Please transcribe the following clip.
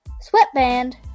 sweatband